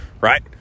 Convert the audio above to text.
right